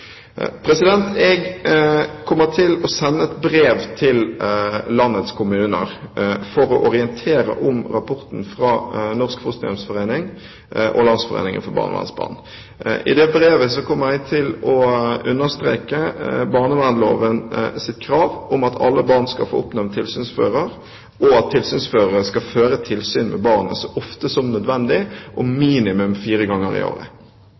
Jeg kommer til å sende et brev til landets kommuner for å orientere om rapporten fra Norsk Fosterhjemsforening og Landsforeningen for barnevernsbarn. I det brevet kommer jeg til å understreke barnevernlovens krav om at alle barn skal få oppnevnt tilsynsfører, og at tilsynsførere skal føre tilsyn med barnet så ofte som nødvendig, og minimum fire ganger i året.